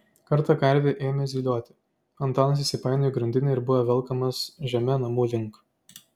kartą karvė ėmė zylioti antanas įsipainiojo į grandinę ir buvo velkamas žeme namų link